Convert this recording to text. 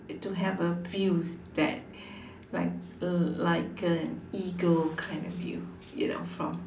to have a views that like uh like an eagle kind of view you know from